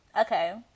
Okay